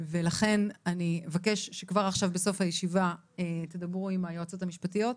ולכן אני אבקש שכבר עכשיו בסוף הישיבה תדברו עם היועצות המשפטיות,